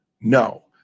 no